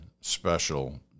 special